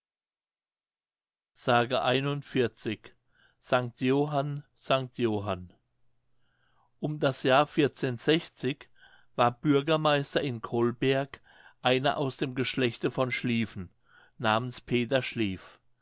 s sanct johann sanct johann um das jahr war bürgermeister in colberg einer aus dem geschlechte von schlieffen namens peter schlieff